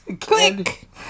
Click